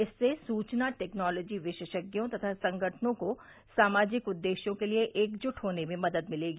इससे सूचना टेक्नॉलोजी विशेषज्ञों तथा संगठनों को सामाजिक उद्देश्यों के लिए एकजुट होने में मदद मिलेगी